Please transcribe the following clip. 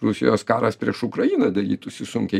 rusijos karas prieš ukrainą darytųsi sunkiai